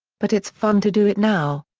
but it's fun to do it now.